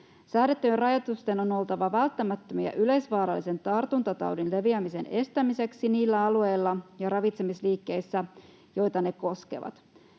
Säädettyjen rajoitusten on oltava välttämättömiä yleisvaarallisen tartuntataudin leviämisen estämiseksi niillä alueilla ja ravitsemisliikkeissä, joita ne koskevat.